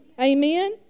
Amen